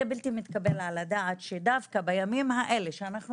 זה בלתי מתקבל על הדעת שדווקא בימים האלה שאנחנו